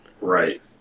right